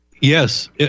Yes